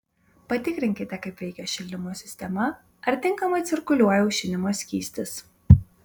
patikrinkite kaip veikia šildymo sistema ar tinkamai cirkuliuoja aušinimo skystis